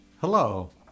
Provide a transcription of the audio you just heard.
Hello